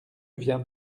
vient